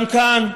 גם כאן,